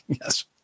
Yes